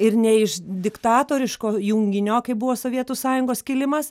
ir ne iš diktatoriško junginio kaip buvo sovietų sąjungos skilimas